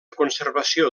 conservació